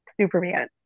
Superman